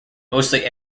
mostly